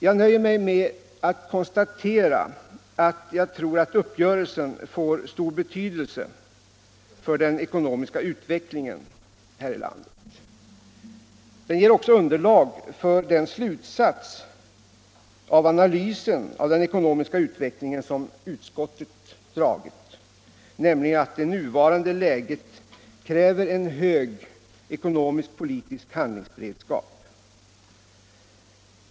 Jag nöjer mig med att konstatera att jag tror att uppgörelsen får stor betydelse för den ekonomiska utvecklingen här i landet. Den ger också underlag för den slutsats av analysen av den ekonomiska utvecklingen som utskottet dragit, nämligen att det nuvarande läget kräver en hög ekonomisk-politisk handlingsberedskap.